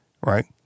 Right